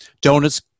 Donuts